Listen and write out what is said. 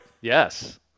Yes